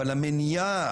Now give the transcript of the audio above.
אבל המניעה,